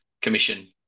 commission